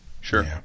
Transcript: Sure